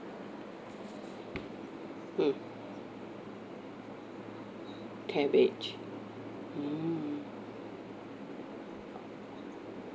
mm cabbage mm